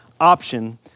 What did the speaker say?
option